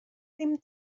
ddim